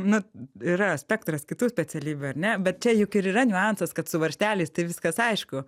na yra spektras kitų specialybių ar ne bet čia juk ir yra niuansas kad su varžteliais tai viskas aišku